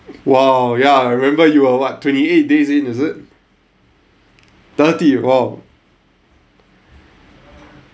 !wow! ya I remember you are what twenty-eight days in is it thirty !wow!